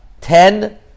ten